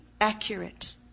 accurate